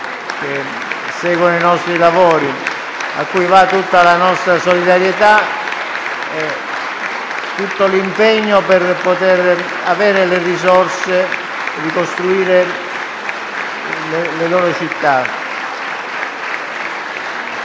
che seguono i nostri lavori e cui va tutta la nostra solidarietà e tutto l'impegno per poter avere le risorse per ricostruire le loro città.